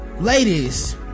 ladies